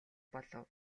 болов